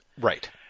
Right